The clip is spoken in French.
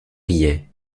riait